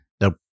Nope